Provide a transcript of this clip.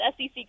SEC